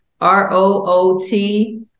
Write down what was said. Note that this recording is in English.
R-O-O-T